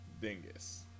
dingus